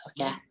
okay